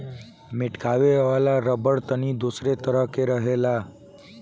मेटकावे वाला रबड़ तनी दोसरे तरह के रहेला